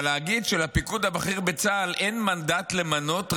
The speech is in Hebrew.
אבל להגיד: לפיקוד הבכיר בצה"ל אין מנדט למנות,